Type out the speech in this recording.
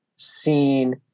seen